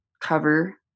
cover